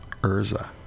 Urza